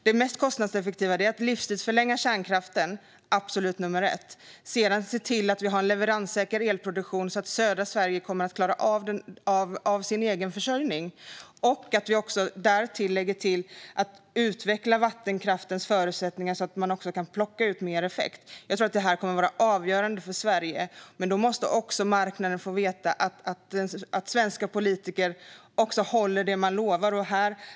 Det mest kostnadseffektiva är att livstidsförlänga kärnkraften. Det är absolut nummer ett. Sedan måste vi se till att vi har en leveranssäker elproduktion så att södra Sverige klarar av sin egen försörjning. Därtill behöver vi utveckla vattenkraftens förutsättningar, så att man kan plocka ut mer effekt. Jag tror att det här kommer att vara avgörande för Sverige. Men då måste marknaden få veta att svenska politiker håller det de lovar.